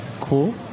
Cool